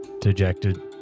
dejected